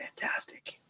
fantastic